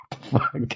Fuck